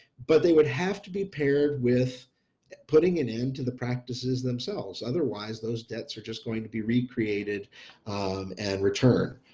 but they would have to be paired with putting it into the practices themselves otherwise those debts are just going to be recreated and return,